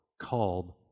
called